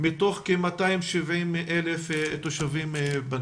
מתוך כ-270,000 תושבים בנגב.